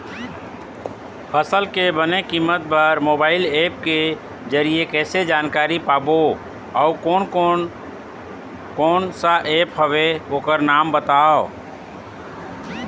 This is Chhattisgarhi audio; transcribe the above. फसल के बने कीमत बर मोबाइल ऐप के जरिए कैसे जानकारी पाबो अउ कोन कौन कोन सा ऐप हवे ओकर नाम बताव?